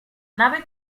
nave